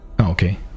okay